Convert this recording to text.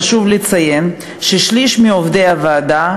חשוב לציין ששליש מעובדי הוועדה,